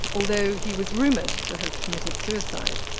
although he was rumored to have committed suicide.